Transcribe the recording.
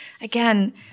again